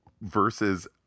versus